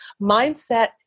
Mindset